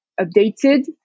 updated